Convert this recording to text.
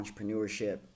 entrepreneurship